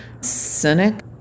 cynic